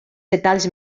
detalls